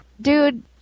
Dude